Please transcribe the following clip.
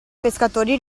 pescatori